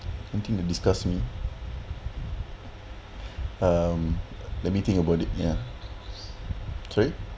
anything that disgust me um let me think about it ya sorry